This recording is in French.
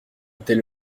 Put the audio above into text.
dès